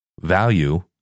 value